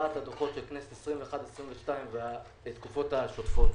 ארבעת הדוחות לכנסת ה-21, 22, ולתקופות השוטפות.